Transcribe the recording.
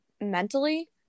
mentally